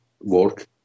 work